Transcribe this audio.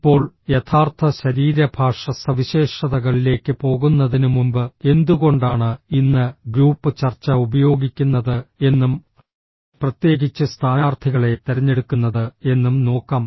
ഇപ്പോൾ യഥാർത്ഥ ശരീരഭാഷ സവിശേഷതകളിലേക്ക് പോകുന്നതിനുമുമ്പ് എന്തുകൊണ്ടാണ് ഇന്ന് ഗ്രൂപ്പ് ചർച്ച ഉപയോഗിക്കുന്നത് എന്നും പ്രത്യേകിച്ച് സ്ഥാനാർത്ഥികളെ തിരഞ്ഞെടുക്കുന്നത് എന്നും നോക്കാം